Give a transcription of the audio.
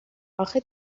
آخه